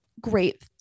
great